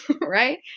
right